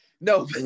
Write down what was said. no